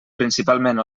principalment